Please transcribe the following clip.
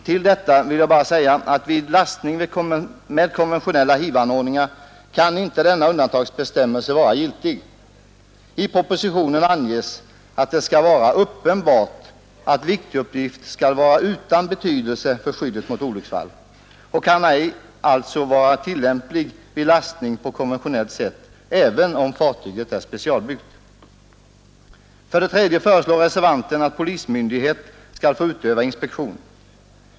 Till detta vill jag bara säga att vid lastning med konventionella hivanordningar kan inte denna undantagsbestämmelse vara giltig. I propositionen anges att det skall vara uppenbart att viktuppgift skall vara utan betydelse för skyddet mot olycksfall och bestämmelsen kan alltså ej vara tillämplig vid lastning på konventionellt sätt även om fartyget är specialbyggt. För det tredje föreslår reservanten att polismyndighet skall få utöva inspektion.